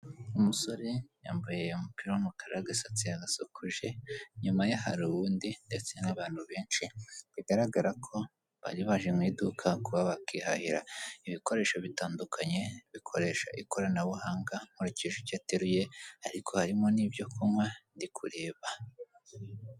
Umusore yambaye umupira w'umukara, agasatsi yagasokoje, inyuma ya hari ubundi ndetse n'abantu benshi, bigaragara ko bari baje mu iduka kuba bakihahira ibikoresho bitandukanye, bikoresha ikoranabuhanga, nkurikije ibyo ateruye ariko harimo n'ibyo kunywa ndi kureba.